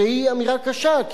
שהיא אמירה קשה,